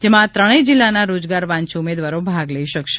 જેમાં આ ત્રણેય જિલ્લાના રોજગાર વાંચ્છુ ઉમેદવારો ભાગ લઈ શકશે